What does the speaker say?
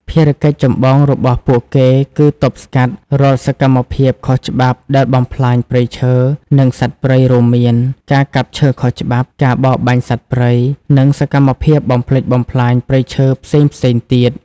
ភារកិច្ចចម្បងរបស់ពួកគេគឺ ទប់ស្កាត់ រាល់សកម្មភាពខុសច្បាប់ដែលបំផ្លាញព្រៃឈើ និងសត្វព្រៃ រួមមាន ការកាប់ឈើខុសច្បាប់ ការបរបាញ់សត្វព្រៃ និងសកម្មភាពបំផ្លិចបំផ្លាញព្រៃឈើផ្សេងៗទៀត។